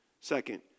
Second